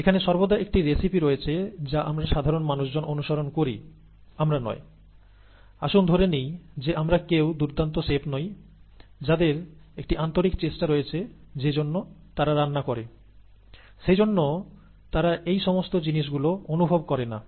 এক্ষেত্রে সব সময় একটি রেসিপি থাকে যা সাধারণ মানুষ অনুসরণ করে আসুন ধরে নেই যে আমরা কেউ দুর্দান্ত সেফ নই যাদের একটি আন্তরিক অনুভূতি রয়েছে যে কারণে তারা রান্না করে এবং সেই জন্য তাদের এই সমস্ত জিনিস গুলো প্রয়োজন হয় না